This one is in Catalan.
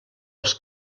els